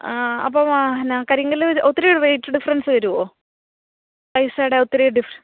ആ അപ്പം ആ എന്നാൽ കരിങ്കല്ല് ഒത്തിരി റേറ്റ് ടിഫറൻസ് വരുമോ പൈസേടെ ഒത്തിരി ഡിഫ്